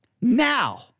Now